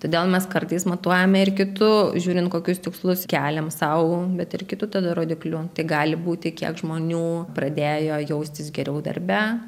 todėl mes kartais matuojame ir kitu žiūrint kokius tikslus keliam sau bet ir kitu tada rodikliu tai gali būti kiek žmonių pradėjo jaustis geriau darbe